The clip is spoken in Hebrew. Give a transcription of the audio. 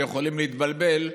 יכולים להתבלבל: